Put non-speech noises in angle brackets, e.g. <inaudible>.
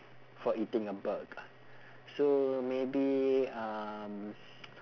for eating a bug so maybe um <noise>